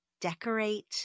decorate